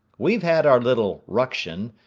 we've had our little ruction,